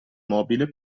mobile